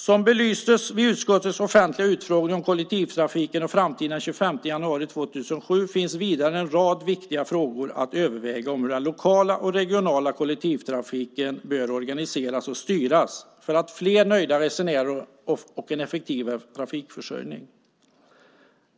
Som belystes vid utskottets offentliga utfrågning om kollektivtrafiken och framtiden den 25 januari 2007 finns det vidare en rad viktiga frågor att överväga om hur den lokala och regionala kollektivtrafiken bör organiseras och styras för att man ska få fler nöjda resenärer och en effektivare trafikförsörjning.